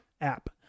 app